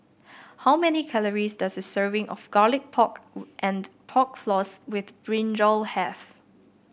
how many calories does a serving of Garlic Pork and Pork Floss with brinjal have